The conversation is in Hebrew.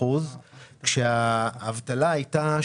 כשהאבטלה הייתה